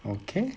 okay